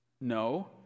No